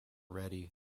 ready